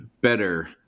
better